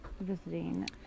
visiting